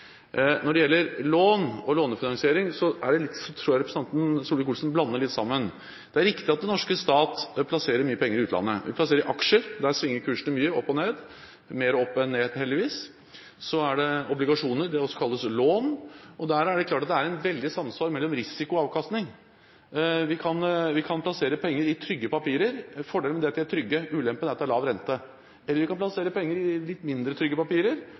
Når det gjelder lån og lånefinansiering, tror jeg representanten Solvik-Olsen blander litt sammen her. Det er riktig at den norske stat plasserer mye penger i utlandet. Vi plasserer penger i aksjer, der svinger kursene mye, opp og ned – mer opp enn ned, heldigvis. Så er det obligasjoner, det kalles også lån, og der er det klart at det er samsvar mellom risiko og avkastning. Vi kan plassere penger i trygge papirer. Fordelen med det er at de er trygge, ulempen er lav rente. Eller vi kan plassere penger i litt mindre trygge papirer.